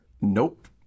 nope